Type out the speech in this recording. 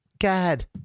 God